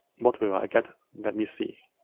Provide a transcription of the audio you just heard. what will i get? let me see